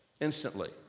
instantly